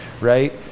right